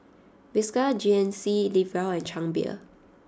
Vespa G N C Live Well and Chang Beer